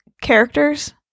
characters